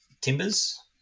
Timbers